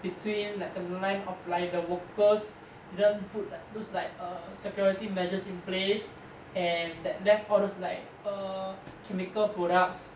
between like the line of like the workers didn't put like looks like a security measures in place and that left all those like a chemical products